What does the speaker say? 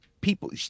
people